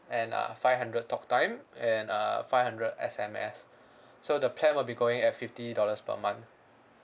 and uh five hundred talk time and uh five hundred S_M_S so the plan will be going at fifty dollars per month